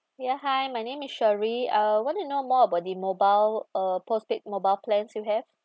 ya hi my name is shelly uh want to know more about the mobile uh postpaid mobile plans you have